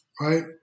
right